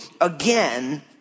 again